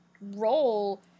role